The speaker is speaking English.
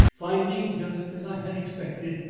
finding, just as i had expected,